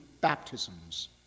baptisms